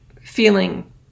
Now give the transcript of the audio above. feeling